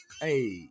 Hey